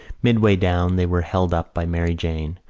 midway down they were held up by mary jane,